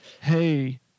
hey